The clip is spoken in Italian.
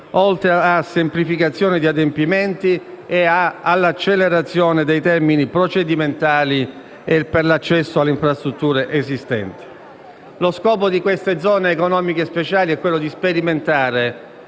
oltre alla semplificazione di adempimenti e all'accelerazione dei termini procedimentali e per l'accesso alle infrastrutture esistenti. Delle Zone economiche speciali noi, in questo provvedimento,